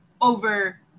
over